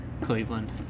Cleveland